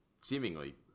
seemingly